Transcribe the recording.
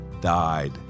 died